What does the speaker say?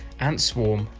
ant swarm,